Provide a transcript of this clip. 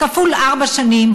כפול ארבע שנים,